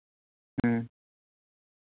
ᱦᱮᱸ